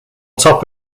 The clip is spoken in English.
top